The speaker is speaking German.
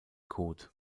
kot